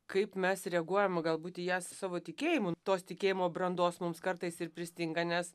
kaip mes reaguojam galbūt į jas savo tikėjimu tos tikėjimo brandos mums kartais ir pristinga nes